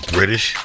British